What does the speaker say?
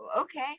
Okay